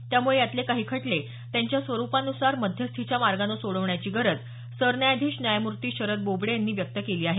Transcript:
त्यामुळे यातले काही खटले त्यांच्या स्वरुपान्सार मध्यस्थीच्या मार्गानं सोडवण्याची गरज सरन्यायाधीश न्यायमूर्ती शरद बोबडे यांनी व्यक्त केली आहे